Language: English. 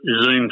Zoom